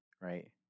right